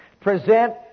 present